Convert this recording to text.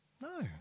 No